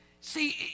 See